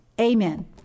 amen